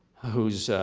whose,